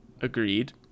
agreed